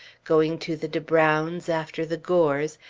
going to the de brownes after the gores,